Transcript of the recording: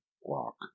walk